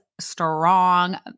strong